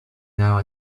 now